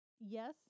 Yes